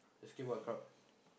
escape what crowd